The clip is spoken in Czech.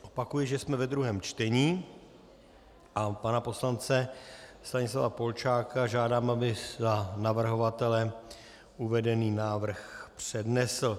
Opakuji, že jsme ve druhém čtení, a pana poslance Stanislava Polčáka žádám, aby za navrhovatele uvedený návrh přednesl.